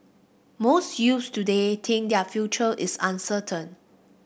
most youths today think that their future is uncertain